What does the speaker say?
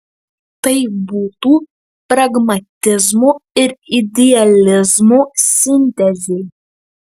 tai būtų pragmatizmo ir idealizmo sintezė